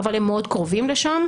אבל הן מאוד קרובות לשם,